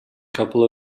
couple